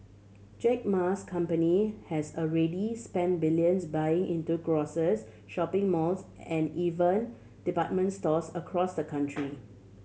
Jack Ma's company has already spent billions buying into grocers shopping malls and even department stores across the country